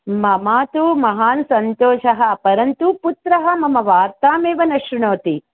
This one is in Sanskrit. मम तु महान् सन्तोषः परन्तु पुत्रः मम वार्तामेव न श्रृणोति